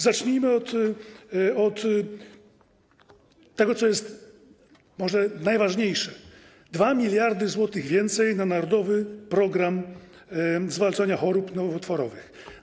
Zacznijmy może od tego, co jest najważniejsze: 2 mld zł więcej na „Narodowy program zwalczania chorób nowotworowych”